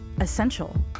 Essential